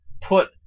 put